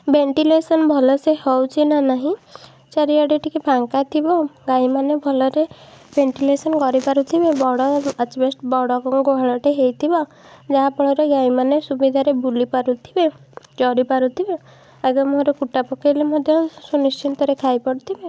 ventilation ଭଲସେ ହେଉଛି ନା ନାହିଁ ଚାରିଆଡ଼େ ଫାଙ୍କା ଥିବ ଗାଈମାନେ ଭଲରେ ଭେଣ୍ଟିଲେସନ୍ କରିପାରୁଥିବେ ବଡ଼ ଆଜବେଷ୍ଟ୍ ବଡ଼ ଗୁହାଳଟେ ହେଇଥିବ ଯାହାଫଳରେ ଗାଈମାନେ ସୁବିଧାରେ ବୁଲି ପାରୁଥିବେ ଚରି ପାରୁଥିବେ ଆଗେ ମୁହଁରେ କୁଟା ପକେଇଲେ ମଧ୍ୟ ସୁନିଶ୍ଚିନ୍ତରେ ଖାଇପାରୁଥିବେ